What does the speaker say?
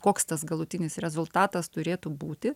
koks tas galutinis rezultatas turėtų būti